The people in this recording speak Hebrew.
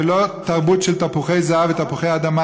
ולא התרבות של תפוחי זהב ותפוחי אדמה,